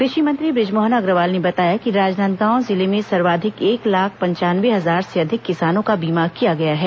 कृषि मंत्री बृजमोहन अग्रवाल ने बताया कि राजनांदगांव जिले में सर्वाधिक एक लाख पचानवे हजार से अधिक किसानों का बीमा किया गया है